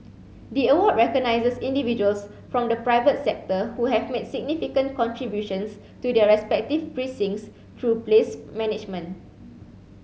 the award recognizes individuals from the private sector who have made significant contributions to their respective precincts through place management